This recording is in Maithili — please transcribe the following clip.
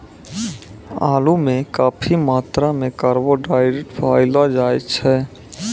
आलू म काफी मात्रा म कार्बोहाइड्रेट पयलो जाय छै